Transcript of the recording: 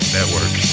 Network